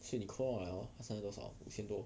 then 你扣 liao hor 他剩下多少五千多